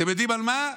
אתם יודעים על מה?